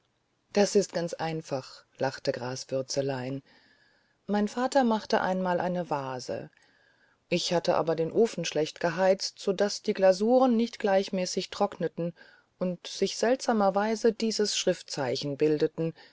das ist ganz einfach lachte graswürzelein mein vater machte einmal eine vase ich hatte aber den ofen schlecht geheizt so daß die glasuren nicht gleichmäßig trockneten und sich seltsamerweise dieses schriftzeichen bildete